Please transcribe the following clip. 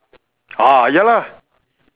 orh ya lah